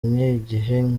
ngiye